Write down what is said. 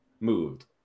moved